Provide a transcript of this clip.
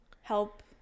help